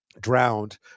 drowned